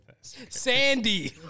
Sandy